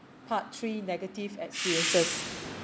part three negative experiences